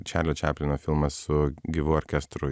čarlio čaplino filmas su gyvu orkestru